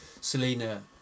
Selena